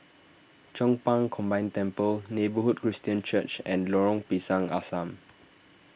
Chong Pang Combined Temple Neighbourhood Christian Church and Lorong Pisang Asam